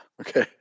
Okay